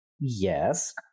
yes